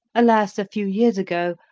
alas, a few years ago,